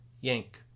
Yank